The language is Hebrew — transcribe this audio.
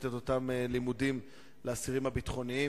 את אותם לימודים לאסירים הביטחוניים.